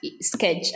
sketch